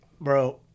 bro